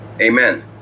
Amen